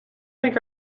think